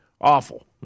awful